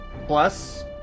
Plus